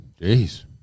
Jeez